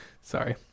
Sorry